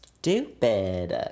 Stupid